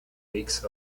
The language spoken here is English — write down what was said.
makes